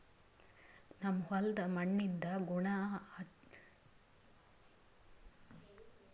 ನಮ್ ಹೋಲ್ದ್ ಮಣ್ಣಿಂದ್ ಗುಣ ಹೆಚಸ್ಬೇಕ್ ಅಂದ್ರ ಬೇಕಾಗಲಾರ್ದ್ ಹುಲ್ಲ ಕಿತ್ತಬೇಕ್ ಮತ್ತ್ ಭೂಮಿ ಹದ ಮಾಡ್ಬೇಕ್